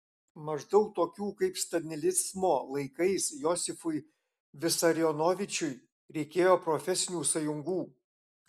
maždaug tokių kaip stalinizmo laikais josifui visarionovičiui reikėjo profesinių sąjungų